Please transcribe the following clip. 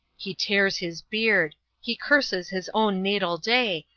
he tears his beard he curses his own natal day,